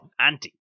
Anti